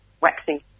Waxing